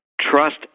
trust